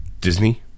Disney